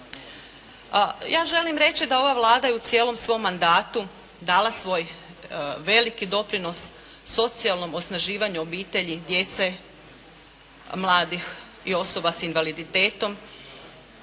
Ja želim reći da ova Vlada i u cijelom svom mandatu dala svoj veliki doprinos socijalnom osnaživanju obitelji, djece, mladih i osoba sa invaliditetom,